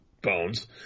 bones